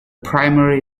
primary